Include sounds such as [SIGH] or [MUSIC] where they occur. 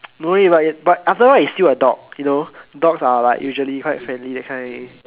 [NOISE] no but but after all it's still a dog you know dogs are like usually quite friendly that kind